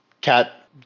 Cat